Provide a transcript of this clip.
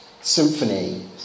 Symphony